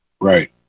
Right